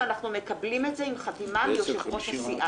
ואנחנו מקבלים את זה עם חתימה מיושב-ראש הסיעה.